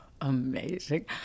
amazing